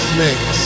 mix